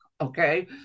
Okay